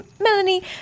Melanie